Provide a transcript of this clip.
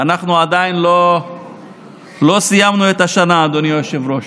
ואנחנו עדיין לא סיימנו את השנה, אדוני היושב-ראש.